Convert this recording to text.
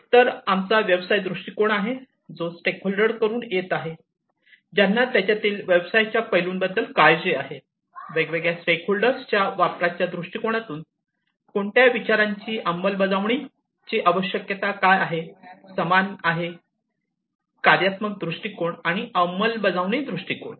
तर आमचा व्यवसाय दृष्टिकोन आहे जो स्टेकहोल्डर कडून येत आहे ज्यांना त्यातील व्यवसायाच्या पैलूंबद्दल काळजी आहे वेगवेगळ्या स्टेकहोल्डर च्या वापराच्या दृष्टिकोनातून कोणत्या विचारांच्या अंमलबजावणीची आवश्यकता आहे काय आहे समान आहे कार्यात्मक दृष्टीकोन आणि अंमलबजावणी दृष्टीकोन